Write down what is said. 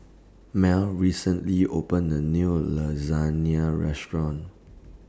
Mel recently opened A New Lasagne Restaurant